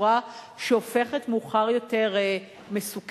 בצורה שהופכת מאוחר יותר מסוכנת,